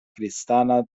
kristana